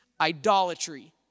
idolatry